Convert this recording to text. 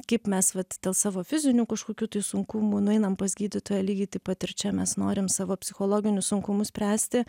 kaip mes vat dėl savo fizinių kažkokių tai sunkumų nueinam pas gydytoją lygiai taip pat ir čia mes norim savo psichologinius sunkumus spręsti